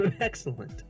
Excellent